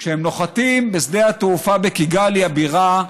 כשהם נוחתים בשדה התעופה בקיגאלי הבירה,